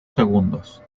segundos